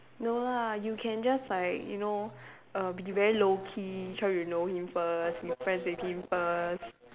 no lah you can just like you know err be very low-key try to know him first make friends with him first